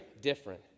different